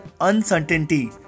uncertainty